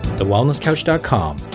TheWellnessCouch.com